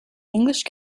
english